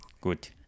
Good